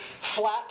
flat